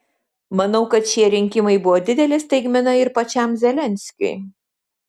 manau kad šie rinkimai buvo didelė staigmena ir pačiam zelenskiui